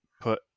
put